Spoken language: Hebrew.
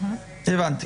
הבנתי.